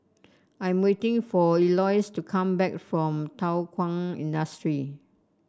i am waiting for Elois to come back from Thow Kwang Industry